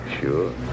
Sure